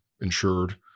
insured